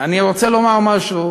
אני רוצה לומר משהו